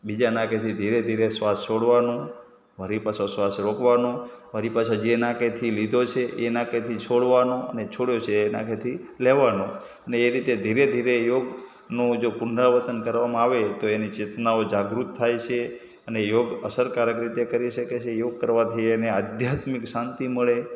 બીજા નાકેથી ધીરે ધીરે શ્વાસ છોડવાનો વળી પાછો શ્વાસ રોકવાનો વળી પાછો જે નાકેથી લીધો છે એ નાકેથી છોડવાનો અને છોડ્યો છે એ નાકેથી લેવાનો અને એ રીતે ધીરે ધીરે યોગનો જો પુનરાવર્તન કરવામાં આવે તો એની ચેતનાઓ જાગૃત થાય છે અને યોગ અસરકારક રીતે કરી શકે છે યોગ કરવાથી એને આધ્યાત્મિક શાંતિ મળે